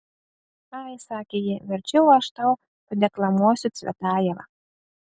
ai sakė ji verčiau aš tau padeklamuosiu cvetajevą